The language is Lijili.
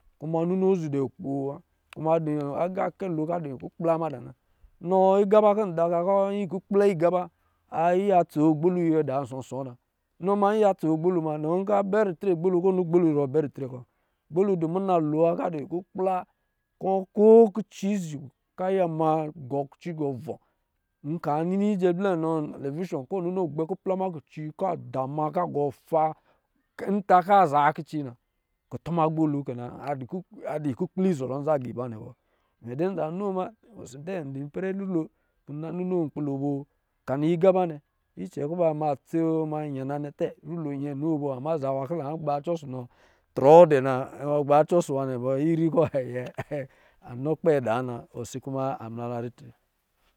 Kuma ninoo zi dɛ kukpoo wa kuma adɔ agakɛ lo ko adɔ̄ kukpo mada na, nɔ igaba kɔ dɔ da ka ikpokpla igaba ayiya tso gbolu nyɛ da nsɔsɔ na nɔ ma yiya tso gbolu mina nka bɛ ritre gbolu, kɔ̄ ni gbolu zɔrɔ bɛ ritre kɔ̄ gbolu dɔ̄ muna lowa kɔ̄ adɔ̄ kuvpla kɔ̄ ko kisi zi ka yi ma, gɔ kici gɔ vɔ nka nini njɛ blɛ nɔ ntelevishɔ kɔ̄ ɔ ninoo a gbɛ kupla ma kici ka da ma ka gɔɔta nta kɔ a za kici na kutuma gbolu kɛ na a dɔ kukpla, a dɔ kukpla izɔrɔ nza agaba nrɛ a dɔ̄ kukiple izɔrɔ nga ba nnɛ bɔ mɛ dɛ nza noo muna osi dɛ adɔz ipɛrɛ rulo kɔ̄ na ninoo nkpilo bɔ? Ka nɔ igaba nnɛ cɛ kɔ̄ ba ma tsema yana nnɛ tɛ rulo nyɛ no bɔ ama aza kɔ̄ la nc gbacɔ ɔsɔ nɔ trɔ dɛ na ɔgba ɔsɔ nwa nnɛ bɔ ri kɔ̄ anɔ kpɛ daa na osi kuma amla ritre.